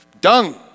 dung